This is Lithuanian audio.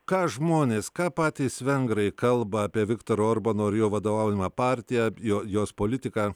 ką žmonės ką patys vengrai kalba apie viktoro orbano ir jo vadovaujamą partiją jo jos politiką